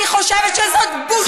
אני חושבת שזאת בושה וחרפה.